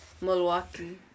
Milwaukee